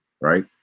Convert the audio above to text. right